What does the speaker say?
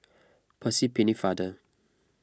Percy Pennefather